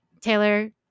Taylor